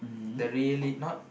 the really not